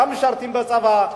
גם משרתים בצבא,